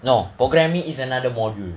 no program is another module